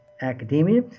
academia